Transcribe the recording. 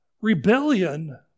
Rebellion